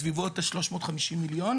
בסביבות 350,000,000,